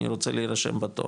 אני רוצה להירשם בתור,